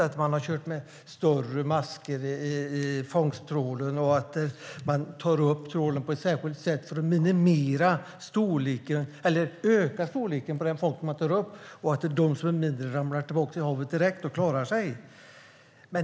De har större maskor i fångsttrålen och tar upp trålen på ett särskilt sätt för att öka storleken på den fångst som tas upp och så att de mindre åker tillbaka i havet direkt och klarar sig.